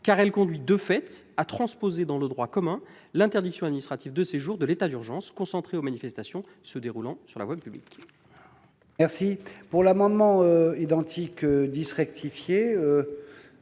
Elle conduit, de fait, à transposer dans le droit commun l'interdiction administrative de séjour de l'état d'urgence, en la concentrant sur les manifestations se déroulant sur la voie publique.